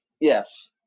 Yes